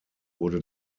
wurde